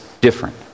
different